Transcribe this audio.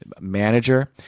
Manager